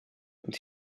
and